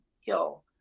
hill